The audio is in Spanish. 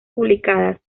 publicadas